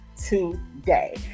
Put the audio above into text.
today